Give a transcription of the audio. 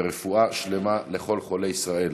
ורפואה שלמה לכל חולי ישראל.